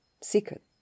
Secret